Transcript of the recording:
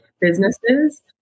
businesses